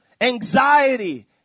Anxiety